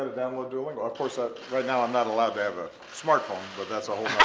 to download duolingo. of course, ah right now i'm not allowed to have a smartphone, but that's a